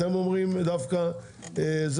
ואתם אומרים דווקא כן,